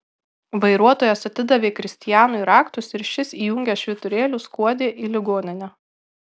vairuotojas atidavė kristianui raktus ir šis įjungęs švyturėlius skuodė į ligoninę